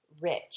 rich